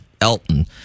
Elton